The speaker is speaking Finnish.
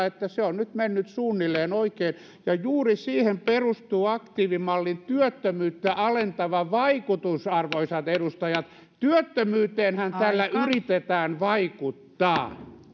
että se on nyt mennyt suunnilleen oikein ja juuri siihen perustuu aktiivimallin työttömyyttä alentava vaikutus arvoisat edustajat työttömyyteenhän tällä yritetään vaikuttaa